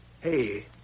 Hey